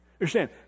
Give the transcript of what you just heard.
Understand